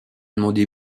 demandé